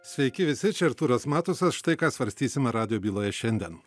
sveiki visi čia artūras matusas štai ką svarstysime radijo byloje šiandien